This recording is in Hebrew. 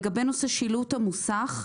לגבי נושא שילוט המוסך.